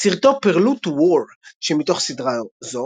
סרטו "Prelude to War", שמתוך סדרה זו,